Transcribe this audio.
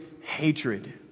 hatred